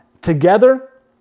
together